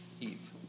Eve